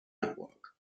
network